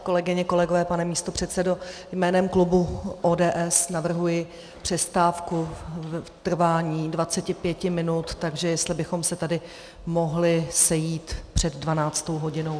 Kolegyně, kolegové, pane místopředsedo, jménem klubu ODS navrhuji přestávku v trvání 25 minut, takže jestli bychom se tady mohli sejít před 12. hodinou.